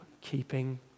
keeping